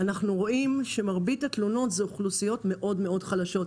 אנחנו רואים שמרבית התלונות מגיעות מאוכלוסיות מאוד מאוד חלשות.